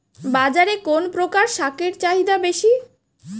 বাজারে কোন প্রকার শাকের চাহিদা বেশী?